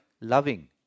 loving